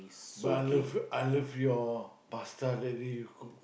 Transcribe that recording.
but I love you I love you all pasta that day